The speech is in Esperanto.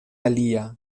alia